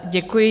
Děkuji.